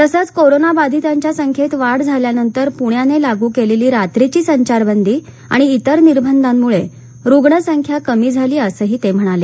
तसंच कोरोनाबाधितांच्या संख्येत वाढ झाल्यानंतर पुण्याने लागू केलेली रात्रीची संचारबंदी आणि इतर निर्बंधांमुळे रुग्णसंख्या कमी झाली असंही ते म्हणाले